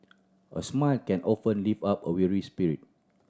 a smile can often lift up a weary spirit